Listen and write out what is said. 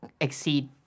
exceed